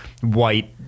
white